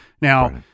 Now